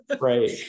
Right